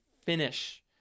finish